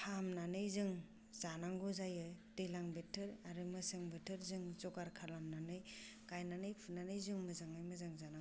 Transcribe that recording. फाहामनानै जों जानांगौ जायो दैज्लां बोथोर आरो मेसें बोथोर जों जगार खालामनानै गायनानै फुनानै जों मोजाङै मोजां जानांगौ